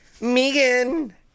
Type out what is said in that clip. Megan